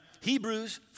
Hebrews